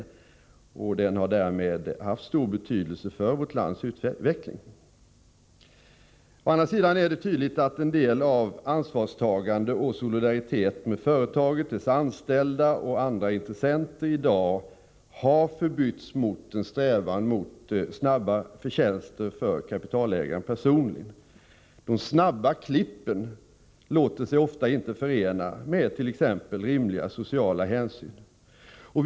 Aktiebolagsformen har därmed haft stor betydelse för vårt lands utveckling. Å andra sidan är det tydligt att en del av ansvarstagandet för och solidariteten med företaget, dess anställda och andra intressenter i dag har förbytts i en strävan mot snabba förtjänster för kapitalägaren personligen. De snabba klippen låter sig ofta inte förenas med t.ex. rimliga sociala Nr 72 hänsyn.